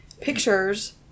pictures